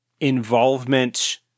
involvement